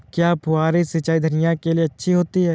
क्या फुहारी सिंचाई धनिया के लिए अच्छी होती है?